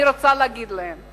אני רוצה להגיד להם: